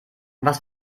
was